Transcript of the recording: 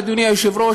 אדוני היושב-ראש,